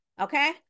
Okay